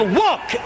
walk